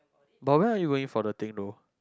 but where are you going for the thing though